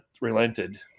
relented